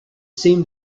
seemed